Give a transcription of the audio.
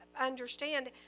understand